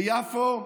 ביפו,